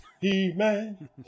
He-Man